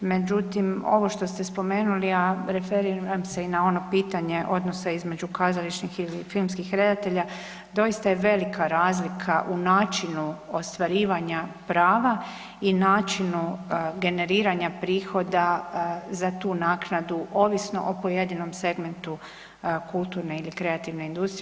Međutim, ovo što ste spomenuli, a referiram se i na ono pitanje odnosa između kazališnih ili filmskih redatelja, doista je velika razlika u načinu ostvarivanja prava i načinu generiranja prihoda za tu naknadu ovisno o pojedinom segmentu kulturne ili kreativne industrije.